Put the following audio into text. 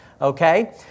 Okay